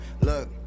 look